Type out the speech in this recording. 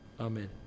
Amen